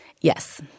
Yes